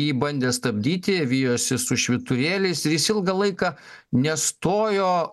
jį bandė stabdyti vijosi su švyturėliais ir jis ilgą laiką nestojo